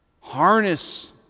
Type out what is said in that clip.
Harness